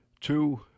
two